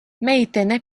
meitene